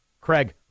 Craig